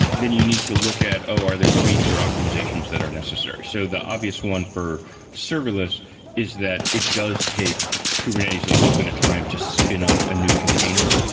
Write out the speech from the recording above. then you need to look at are there tweaks or optimizations that are necessary? so the obvious one for serverless is that it does take kubernetes a little bit of time to spin up a new container?